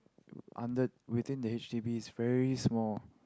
under within the H_D_B is very small